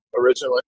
originally